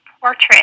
portrait